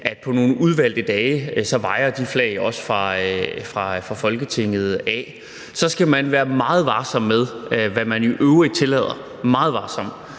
man på nogle udvalgte dage lader de flag vaje fra Folketinget. Så skal man være meget varsom med, hvad man i øvrigt tillader – meget varsom